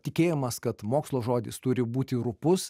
tikėjimas kad mokslo žodis turi būti rupus